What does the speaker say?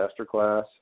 masterclass